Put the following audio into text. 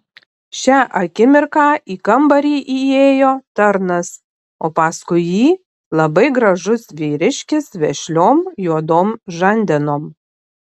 šią akimirką į kambarį įėjo tarnas o paskui jį labai gražus vyriškis vešliom juodom žandenom